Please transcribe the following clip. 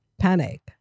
panic